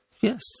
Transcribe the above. Yes